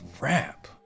rap